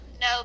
no